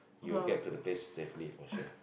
you will get to the place safely in future